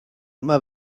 mai